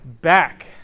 back